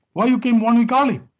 why you come one week ah early?